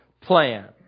plan